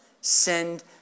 send